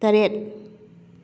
ꯇꯔꯦꯠ